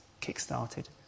kick-started